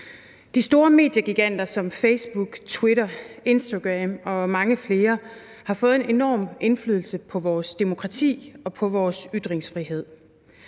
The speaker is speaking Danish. De store mediegiganter som Facebook, Twitter, Instagram og mange flere har fået en enorm indflydelse på vores demokrati og på vores ytringsfrihed.